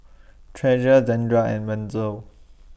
Treasure Zandra and Wenzel